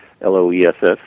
L-O-E-S-S